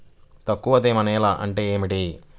తక్కువ తేమ నేల అంటే ఏమిటి?